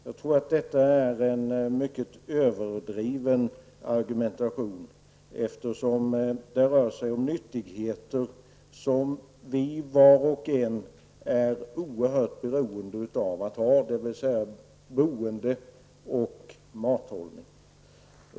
Jag tror att den argumentationen är mycket överdriven, eftersom det rör sig om nyttigheter som var och en är oerhört beroende av, dvs. boende och mathållning.